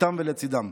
איתם ולצידם.